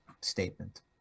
statement